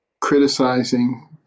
criticizing